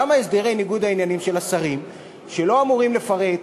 למה הסדרי ניגוד העניינים של השרים שלא אמורים לפרט,